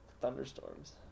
thunderstorms